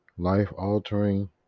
life-altering